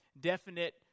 definite